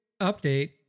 update